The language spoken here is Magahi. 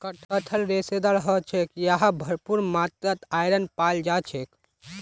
कटहल रेशेदार ह छेक यहात भरपूर मात्रात आयरन पाल जा छेक